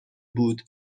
بود